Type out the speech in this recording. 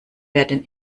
werden